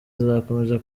tuzakomeza